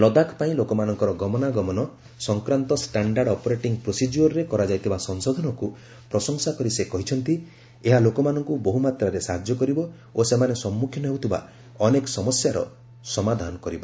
ଲଦାଖପାଇଁ ଲୋକମାନଙ୍କର ଗମନାଗମନ ସଂକ୍ରାନ୍ତ ଷ୍ଟାଣ୍ଡାର୍ଡ ଅପରେଟିଙ୍ଗ୍ ପ୍ରୋସେଜିଓରରେ କରାଯାଇଥିବା ସଂଶୋଧନକୁ ପ୍ରଶଂସା କରି ସେ କହିଛନ୍ତି ଏହା ଲୋକମାନଙ୍କୁ ବହୁମାତ୍ରାରେ ସାହାଯ୍ୟ କରିବ ଓ ସେମାନେ ସମ୍ମୁଖୀନ ହେଉଥିବା ଅନେକ ସମସ୍ୟାର ସମାଧାନ କରିବ